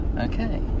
Okay